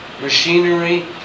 machinery